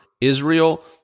Israel